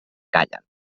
callen